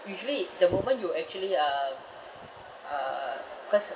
usually the moment you actually um uh cause